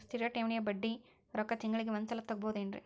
ಸ್ಥಿರ ಠೇವಣಿಯ ಬಡ್ಡಿ ರೊಕ್ಕ ತಿಂಗಳಿಗೆ ಒಂದು ಸಲ ತಗೊಬಹುದೆನ್ರಿ?